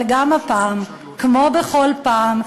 אבל גם הפעם, כמו בכל פעם,